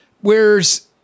whereas –